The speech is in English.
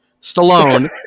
Stallone